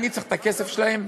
אני צריך את הכסף שלהם?